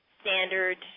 standard